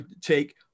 take